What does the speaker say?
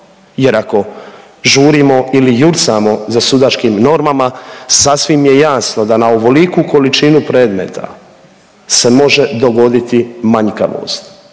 jer ako žurimo ili jurcamo za sudačkim normama sasvim je jesno da na ovoliku količinu predmeta se može dogoditi manjkavost.